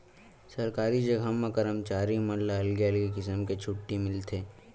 सरकारी जघा म करमचारी मन ला अलगे अलगे किसम के छुट्टी मिलथे